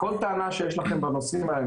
כל טענה שיש לכם בנושאים האלה,